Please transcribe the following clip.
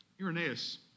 Irenaeus